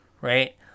Right